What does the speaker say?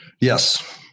yes